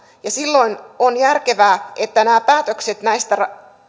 ja silloin on järkevää että nämä päätökset näistä